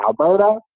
Alberta